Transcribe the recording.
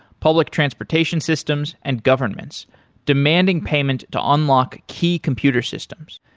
public transportation systems and governments demanding payment to unlock key computer systems.